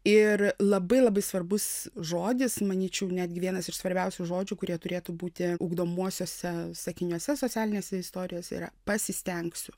ir labai labai svarbus žodis manyčiau netgi vienas iš svarbiausių žodžių kurie turėtų būti ugdomuosiuose sakiniuose socialinėse istorijose yra pasistengsiu